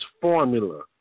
formula